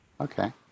okay